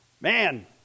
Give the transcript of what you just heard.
Man